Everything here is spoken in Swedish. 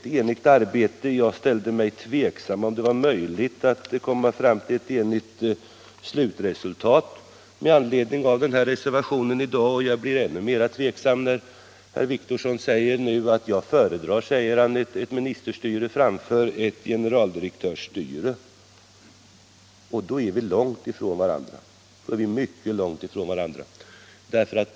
Med anledning av reservationen i dag ställde jag mig tveksam till om det var möjligt att komma fram till ett enigt slutresultat. Jag blir ännu mer tveksam när herr Wictorsson nu säger att han föredrar ministerstyre framför generaldirektörsstyre. Då är vi mycket långt ifrån varandra.